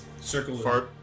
Circle